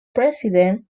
president